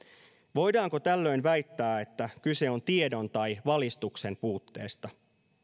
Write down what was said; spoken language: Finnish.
voidaanko tällöin väittää että kyse on tiedon tai valistuksen puutteesta